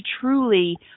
truly